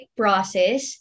process